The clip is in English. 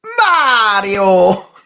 Mario